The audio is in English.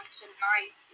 tonight